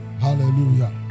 Hallelujah